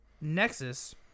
Nexus